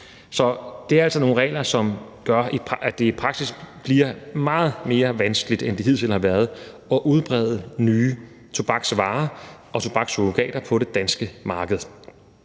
Så det er altså nogle regler, som gør, at det i praksis bliver meget mere vanskeligt, end det hidtil har været, at udbrede nye tobaksvarer og tobaksurrogater på det danske marked.